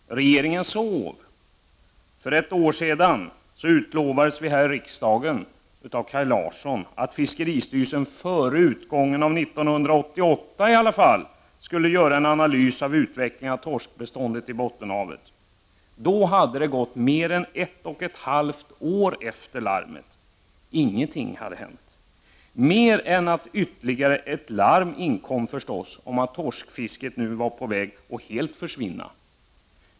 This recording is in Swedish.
Regeringen sov. För ett år sedan lovades vi här i riksdagen av Kaj Larsson att fiskeristyrelsen före utgången av 1988 i alla fall skulle göra en analys av utvecklingen av torskbeståndet i Bottenhavet. Då hade det gått mer än ett och ett halvt år sedan larmet. Ingenting hade hänt, mer än att ytterligare ett larm inkommit förstås, om att torskfisket nu var på väg att helt försvinna.